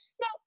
no